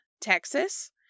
Texas